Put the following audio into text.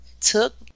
took